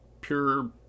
pure